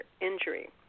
injury